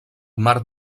mar